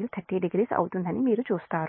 300 అవుతుందని మీరు చూస్తారు